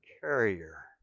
carrier